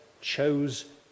chose